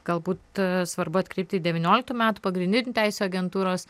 galbūt svarbu atkreipt į devynioliktų metų pagrindinių teisių agentūros